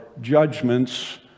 judgments